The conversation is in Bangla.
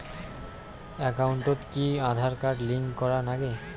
একাউন্টত কি আঁধার কার্ড লিংক করের নাগে?